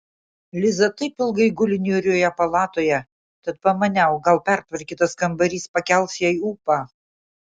liza taip ilgai guli niūrioje palatoje tad pamaniau gal pertvarkytas kambarys pakels jai ūpą